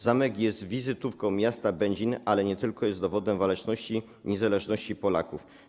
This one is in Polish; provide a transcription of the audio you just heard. Zamek jest wizytówką miasta Będzina, ale nie tylko, jest dowodem waleczności i niezależności Polaków.